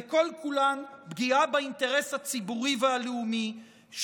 וכל-כולן פגיעה באינטרס הציבורי והלאומי,